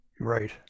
Right